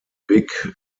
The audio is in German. big